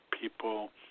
people